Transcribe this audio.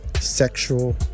Sexual